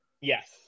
Yes